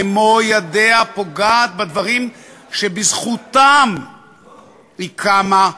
במו-ידיה פוגעת בדברים שבזכותם היא קמה,